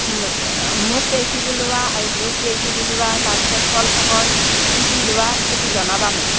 মুগ এক কিলো লোৱা আৰু বুট এক কিলো লোৱা তাৰপিছত ফল ফকৰ কি কি লোৱা সেইটো জনাবা মোক